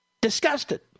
Disgusted